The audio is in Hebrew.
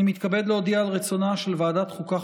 אני מתכבד להודיע על רצונה של ועדת החוקה,